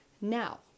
now